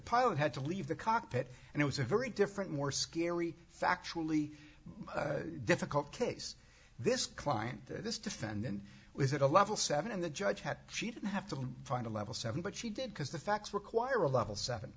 pilot had to leave the cockpit and it was a very different more scary factually difficult case this client this defendant was at a level seven and the judge had she didn't have to find a level seven but she did because the facts require a level seven